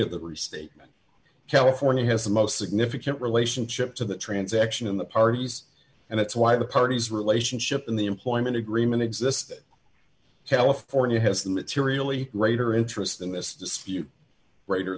of the restatement california has the most significant relationship to the transaction in the parties and it's why the parties relationship in the employment agreement exist california has a materially greater interest in this dispute greater